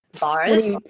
bars